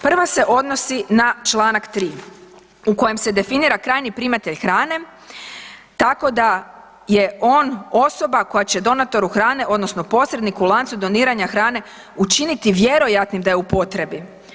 Prva se odnosi na čl. 3. u kojem se definira krajnji primatelj hrane tako da je on osoba koja će donatoru hrane odnosno posrednik u lancu doniranja hrane učiniti vjerojatnim da je u potrebi.